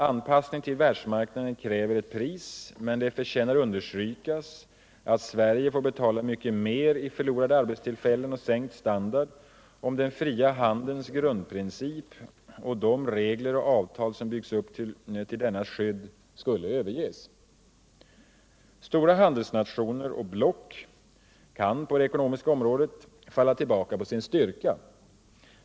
Anpassning till världsmarknaden kräver ett pris men det förtjänar understrykas att Sverige får betala mycket mer i förlorade arbetstillfällen och sänkt standard, om den fria handelns grundprincip och de regler och avtal som byggts upp till dennas skydd skulle överges. Stora handelsnationer och block kan på det ekonomiska området falla tillbaka på sin styrka.